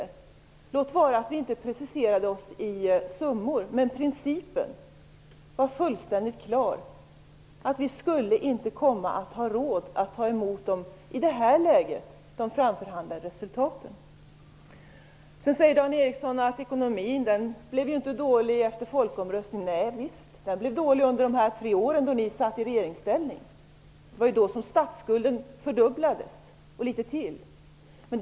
Låt vara att vi inte preciserade det i summor, men principen var fullständigt klar, dvs. att vi skulle inte komma att ha råd att ta emot de framförhandlade resultaten i det här läget. Sedan säger Dan Ericsson att ekonomin inte blev dålig efter folkomröstningen. Nej, den blev den dålig under de tre år då ni satt i regeringsställning. Det var då som statsskulden fördubblades och litet till.